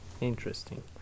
Interesting